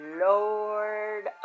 lord